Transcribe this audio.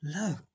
Look